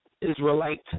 Israelite